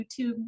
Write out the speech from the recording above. YouTube